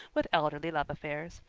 with elderly love affairs.